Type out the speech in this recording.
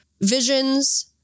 visions